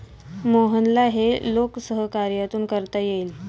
मोहनला हे लोकसहकार्यातून करता येईल